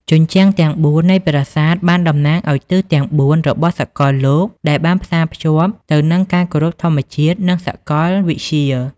ជញ្ជាំងទាំងបួននៃប្រាសាទបានតំណាងឲ្យទិសទាំងបួនរបស់សកលលោកដែលបានផ្សារភ្ជាប់ទៅនឹងការគោរពធម្មជាតិនិងសកលវិទ្យា។